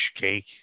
cake